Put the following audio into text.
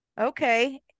Okay